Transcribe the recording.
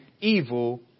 evil